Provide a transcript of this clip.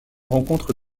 rencontre